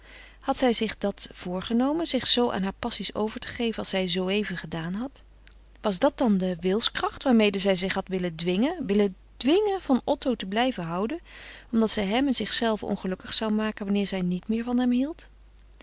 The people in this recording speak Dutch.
had zij zich dàt voorgenomen zich zoo aan hare passies over te geven als zij zooeven gedaan had was dàt dan de wilskracht waarmede zij zich had willen dwingen willen dwingen van otto te blijven houden omdat zij hem en zichzelve ongelukkig zou maken wanneer zij niet meer van hem hield